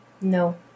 No